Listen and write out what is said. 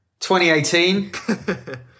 2018